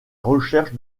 recherche